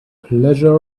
pleasure